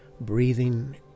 breathing